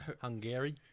Hungary